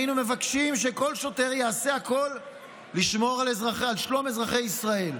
היינו מבקשים שכל שוטר יעשה הכול לשמור על שלום אזרחי ישראל.